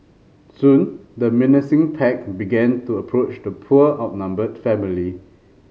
soon the menacing pack began to approach the poor outnumbered family